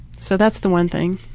so, that's the one thing.